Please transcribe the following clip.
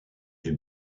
est